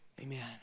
Amen